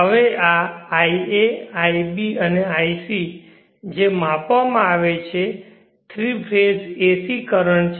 હવે આ ia ib અને ic જે માપવામાં આવે છે થ્રી ફેઝ AC કરંટ છે